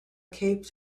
cape